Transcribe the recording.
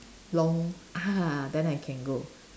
long ah then I can go